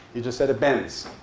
he just said it bends.